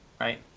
right